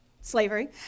slavery